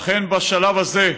לכן, בשלב הזה,